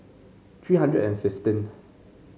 three hundred and fifteenth